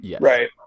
right